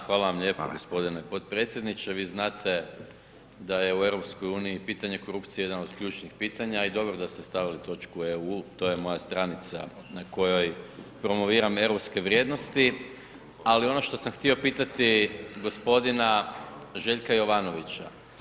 Hvala vam lijepo gospodine podpredsjedniče vi znate da je u EU pitanje korupcije jedan od ključnih pitanja i dobro da ste stavili točku EU to je moja stranica na kojoj promoviram europske vrijednosti, ali ono što sam htio pitati gospodina Željka Jovanovića.